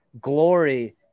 glory